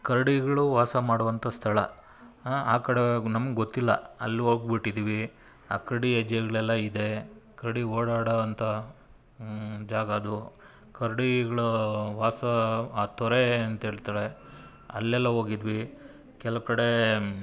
ಕರಡಿಗಳು ವಾಸ ಮಾಡುವಂಥ ಸ್ಥಳ ಆ ಕಡೆಗೆ ನಮ್ಗೆ ಗೊತ್ತಿಲ್ಲ ಅಲ್ಲಿ ಹೋಗ್ಬಿಟ್ಟಿದ್ದೀವಿ ಆ ಕರಡಿ ಹೆಜ್ಜೆಗಳೆಲ್ಲ ಇದೆ ಕರಡಿ ಓಡಾಡುವಂಥ ಜಾಗ ಅದು ಕರ್ಡಿಗ್ಳು ವಾಸ ಆ ತೊರೆ ಅಂಥೇಳ್ತಾರೆ ಅಲ್ಲೆಲ್ಲ ಹೋಗಿದ್ವಿ ಕೆಲವು ಕಡೆ